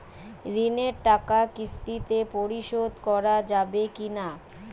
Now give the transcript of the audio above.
ঋণের টাকা কিস্তিতে পরিশোধ করা যাবে কি না?